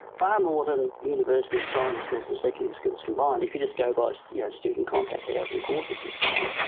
far more than universities, primary schools and secondary schools combined, if you just go by so yeah student contact hours and courses and so on,